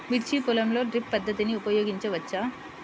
మిర్చి పొలంలో డ్రిప్ పద్ధతిని ఉపయోగించవచ్చా?